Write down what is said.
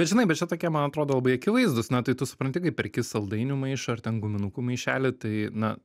bet žinai bet čia tokie man atrodo labai akivaizdūs na tai tu supranti kai perki saldainių maišą ar ten guminukų maišelį tai na